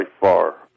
far